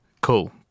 Cool